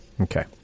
Okay